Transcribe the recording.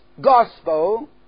gospel